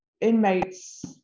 inmates